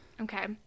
Okay